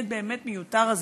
הבאמת-באמת מיותר הזה.